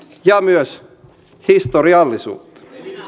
ja myös historiallisuutta